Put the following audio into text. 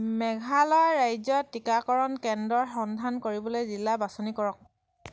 মেঘালয় ৰাজ্যত টিকাকৰণ কেন্দ্ৰৰ সন্ধান কৰিবলৈ জিলা বাছনি কৰক